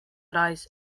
rise